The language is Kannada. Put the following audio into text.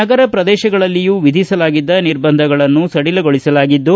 ನಗರ ಪ್ರದೇಶಗಳಲ್ಲಿಯೂ ವಿಧಿಸಲಾಗಿದ್ದ ನಿರ್ಬಂಧಗಳನ್ನು ಸಡಿಲಗೊಳಿಸಲಾಗಿದ್ದು